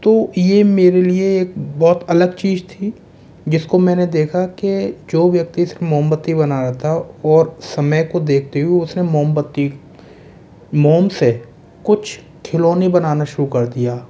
तो ये मेरे लिए एक बहुत अलग चीज थी जिसको मैंने देखा कि जो व्यक्ति इसमें मोमबत्ती बना रहा था और समय को देखते हुए उसने मोमबत्ती मोम से कुछ खिलौने बनाना शुरू कर दिया